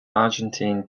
argentine